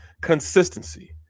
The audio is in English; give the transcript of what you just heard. Consistency